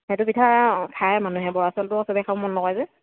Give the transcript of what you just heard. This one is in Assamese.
সেইটো পিঠা খায় মানুহে বৰা চাউলটো চবে খাবৰ মন নকৰে যে